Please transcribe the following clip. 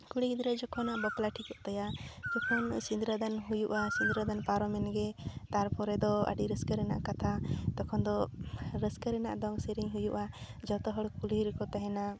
ᱠᱩᱲᱤ ᱜᱤᱫᱽᱨᱟᱹ ᱡᱚᱠᱷᱚᱱ ᱵᱟᱯᱞᱟ ᱴᱷᱤᱠᱚᱜ ᱛᱟᱭᱟ ᱡᱚᱠᱷᱚᱱ ᱥᱤᱸᱫᱽᱨᱟᱹ ᱫᱟᱱ ᱦᱩᱭᱩᱜᱼᱟ ᱥᱤᱸᱫᱽᱨᱟᱹ ᱫᱟᱱ ᱯᱟᱨᱚᱢᱮᱱ ᱜᱮ ᱛᱟᱨᱯᱚᱨᱮ ᱫᱚ ᱟᱹᱰᱤ ᱨᱟᱹᱥᱠᱟᱹ ᱨᱮᱱᱟᱜ ᱠᱟᱛᱷᱟ ᱛᱚᱠᱷᱚᱱ ᱫᱚ ᱨᱟᱹᱥᱠᱟᱹ ᱨᱮᱱᱟᱜ ᱫᱚᱝ ᱥᱮᱨᱮᱧ ᱦᱩᱭᱩᱜᱼᱟ ᱡᱚᱛᱚ ᱦᱚᱲ ᱠᱩᱞᱦᱤ ᱨᱮᱠᱚ ᱛᱟᱦᱮᱱᱟ